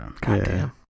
Goddamn